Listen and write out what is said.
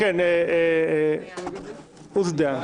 כן, עוזי דיין.